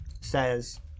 says